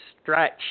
stretch